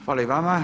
Hvala i vama.